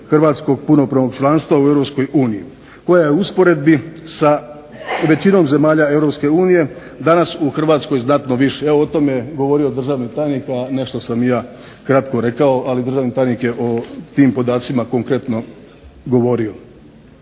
Hrvatskog punopravnog članstva u Europskoj uniji koja je u usporedbi sa većinom zemalja Europske unije danas u Hrvatskoj znatno više. Evo o tome je govorio državni tajnik, a nešto sam i ja kratko rekao, ali državni tajnik je o tim podacima konkretno govorio.